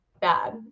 bad